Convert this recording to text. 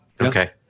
okay